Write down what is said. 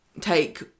take